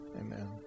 Amen